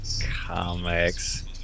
comics